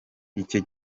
icyo